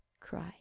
cry